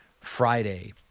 Friday